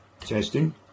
testing